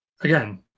again